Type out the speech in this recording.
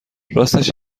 راستش